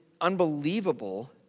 unbelievable